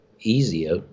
easier